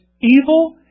evil